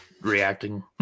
reacting